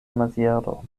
maziero